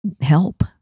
help